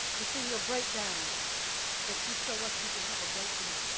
it's in your breakdown that you show us we can have a breakthrough.